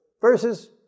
verses